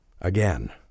Again